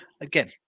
again